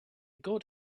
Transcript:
god